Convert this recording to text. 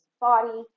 body